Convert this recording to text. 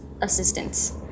assistance